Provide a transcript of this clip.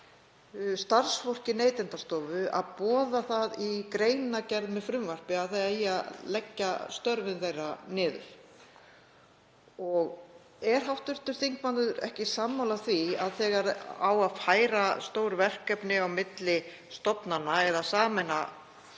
starfsfólki Neytendastofu að boða í greinargerð með frumvarpi að leggja eigi störfin þeirra niður. Er hv. þingmaður ekki sammála því að þegar færa á stór verkefni á milli stofnana eða sameina